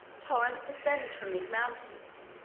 torrents descended from these mountains,